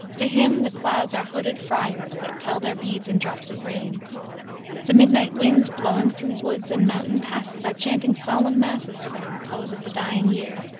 to him the clouds are hooded friars, that tell their beads in drops of rain the midnight winds blowing through woods and mountain passes are chanting solemn masses for the repose of the dying year,